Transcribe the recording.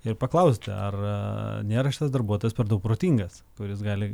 ir paklausti ar nėra šitas darbuotojas per daug protingas kuris gali